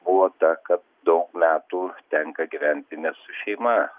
buvo ta kad daug metų tenka gyventi ne su šeima